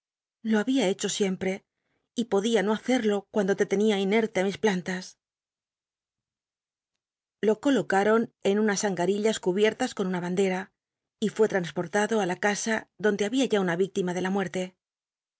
lo había hecho siempre y podía no hacerlo cuando te tenia inerte ti mis plantas lo colocaron en unas anga l'illas cubiertas con una bande a y fué trasportado tí la casa donde babia ya una yíctima de la muerte